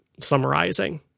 summarizing